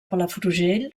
palafrugell